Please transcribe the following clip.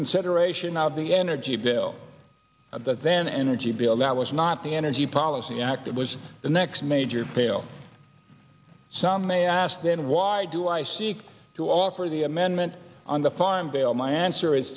consideration of the energy bill that then energy bill that was not the energy policy act that was the next major pill some may ask then why do i seek to offer the amendment on the farm bill my answer is